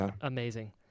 amazing